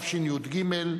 תשי"ג,